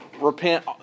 repent